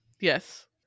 Yes